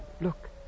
Look